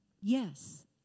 Yes